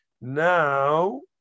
Now